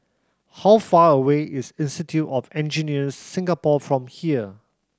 how far away is Institute of Engineers Singapore from here